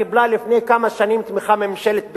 קיבלה לפני כמה שנים תמיכה מממשלת בריטניה,